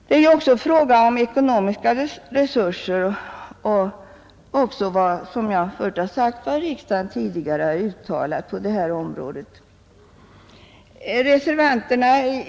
Det är ju också fråga om ekonomiska resurser och om vad riksdagen tidigare har uttalat på det här området.